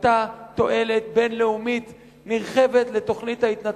היתה תועלת בין-לאומית נרחבת לתוכנית ההתנתקות,